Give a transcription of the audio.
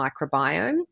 microbiome